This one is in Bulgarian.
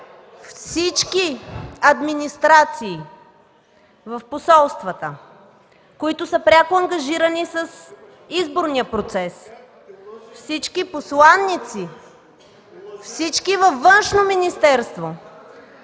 всички администрации в посолствата, които са пряко ангажирани с изборния процес, всички посланици, всички във Външно министерство,